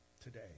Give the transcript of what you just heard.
today